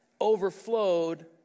Overflowed